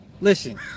listen